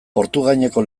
portugaineko